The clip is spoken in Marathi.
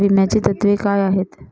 विम्याची तत्वे काय आहेत?